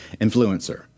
influencer